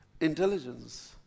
intelligence